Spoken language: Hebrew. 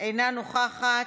אינה נוכחת,